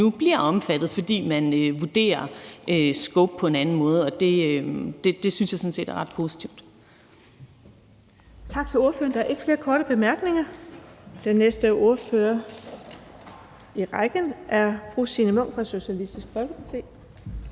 nu bliver omfattet af det, fordi man vurderer deres scope på en anden måde, og det synes jeg sådan set er ret positivt.